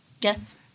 Yes